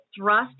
thrust